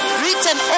written